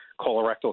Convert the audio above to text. colorectal